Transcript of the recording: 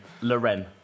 Loren